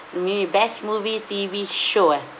you mean best movie T_V show eh